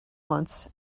once